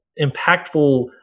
impactful